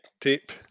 tape